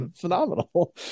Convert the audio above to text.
phenomenal